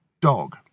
dog